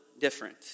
different